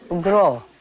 grow